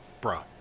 bro